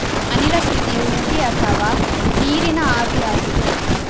ಅನಿಲ ಸ್ಥಿತಿಯು ಉಗಿ ಅಥವಾ ನೀರಿನ ಆವಿಯಾಗಿದೆ